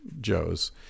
Joe's